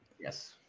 Yes